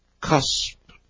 cusp